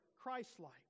Christ-like